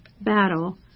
battle